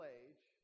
age